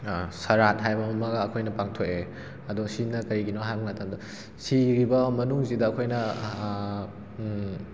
ꯁꯣꯔꯥꯠ ꯍꯥꯏꯕ ꯑꯃꯒ ꯑꯩꯈꯣꯏꯅ ꯄꯥꯡꯊꯣꯛꯑꯦ ꯑꯗꯣ ꯁꯤꯅ ꯀꯔꯤꯒꯤꯅꯣ ꯍꯥꯏꯕ ꯃꯇꯝꯗ ꯁꯤꯈ꯭ꯔꯤꯕ ꯃꯅꯨꯡꯁꯤꯗ ꯑꯩꯈꯣꯏꯅ